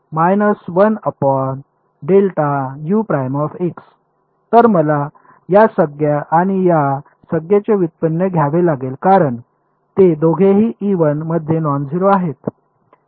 तर मला या संज्ञा आणि या संज्ञेचे व्युत्पन्न घ्यावे लागेल कारण ते दोघेही मध्ये नॉन झेरो आहेत